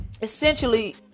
essentially